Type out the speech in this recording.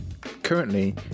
Currently